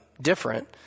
different